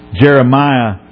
Jeremiah